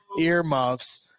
earmuffs